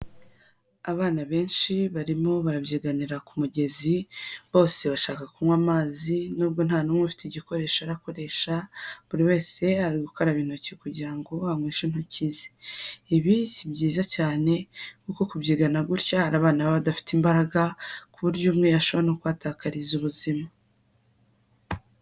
Abana benshi barimo barabyiganira ku mugezi, bose bashaka kunywa amazi, nubwo nta n'umwe ufite igikoresho arakoresha, buri wese ari gukaraba intoki kugira ngo anyweshe intoki ze. Ibi si byiza cyane kuko kubyigana gutya hari abana baba badafite imbaraga ku buryo umwe ashobora no kuhatakariza ubuzima.